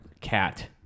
cat